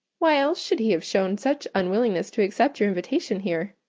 why else should he have shewn such unwillingness to accept your invitation here?